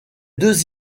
deux